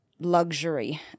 luxury